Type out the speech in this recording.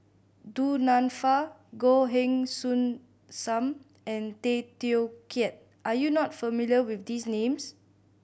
Du Nanfa Goh Heng Soon Sam and Tay Teow Kiat are you not familiar with these names